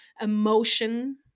emotion